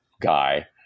guy